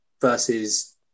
versus